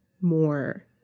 more